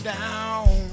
down